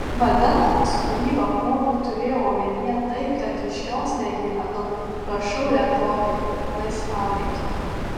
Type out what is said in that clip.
vadindamas kūrybą hobiu turėjau omenyje tai kad iš jos negyvenu rašau retokai laisvalaikiu